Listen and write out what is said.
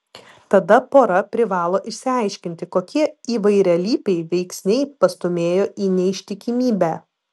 tada pora privalo išsiaiškinti kokie įvairialypiai veiksniai pastūmėjo į neištikimybę